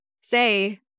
say